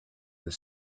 the